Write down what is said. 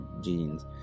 jeans